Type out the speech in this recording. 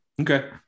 Okay